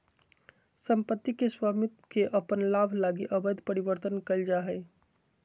सम्पत्ति के स्वामित्व के अपन लाभ लगी अवैध परिवर्तन कइल जा हइ